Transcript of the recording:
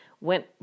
went